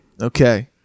okay